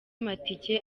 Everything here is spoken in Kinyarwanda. amatike